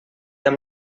amb